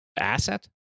asset